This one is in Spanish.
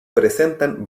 presentan